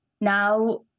now